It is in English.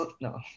No